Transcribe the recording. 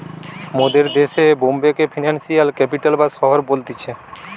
মোদের দেশে বোম্বে কে ফিনান্সিয়াল ক্যাপিটাল বা শহর বলতিছে